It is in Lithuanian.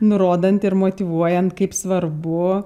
nurodant ir motyvuojant kaip svarbu